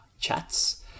chats